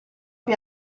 più